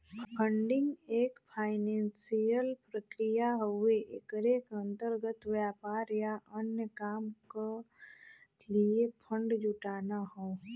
funding एक financial प्रक्रिया हउवे एकरे अंतर्गत व्यापार या अन्य काम क लिए फण्ड जुटाना हौ